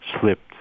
slipped